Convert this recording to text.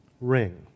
ring